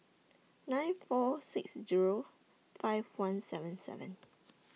nine four six Zero five one seven seven